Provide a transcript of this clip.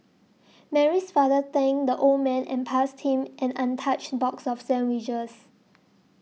Mary's father thanked the old man and passed him an untouched box of sandwiches